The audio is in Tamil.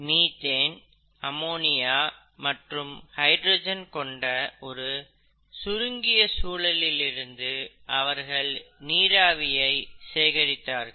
மீத்தேன் அம்மோனியா மற்றும் ஹைட்ரஜன் கொண்ட ஒரு சுருங்கிய சூழலிலிருந்து அவர்கள் நீராவியை சேகரித்தார்கள்